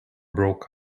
broke